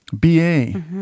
B-A